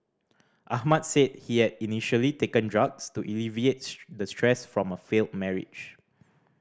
Ahmad said he had initially taken drugs to alleviate the stress from a failed marriage